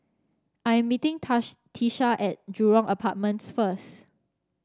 I am meeting Tisha at Jurong Apartments first